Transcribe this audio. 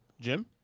Jim